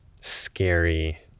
scary